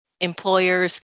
employers